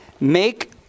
Make